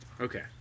okay